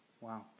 Wow